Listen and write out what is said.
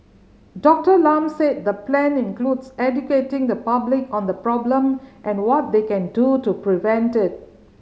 Doctor Lam said the plan includes educating the public on the problem and what they can do to prevent it